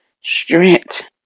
Strength